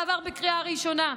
וזה עבר בקריאה ראשונה.